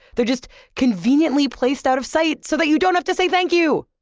they're just conveniently placed out of sight so that you don't have to say thank you.